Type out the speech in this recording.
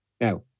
Now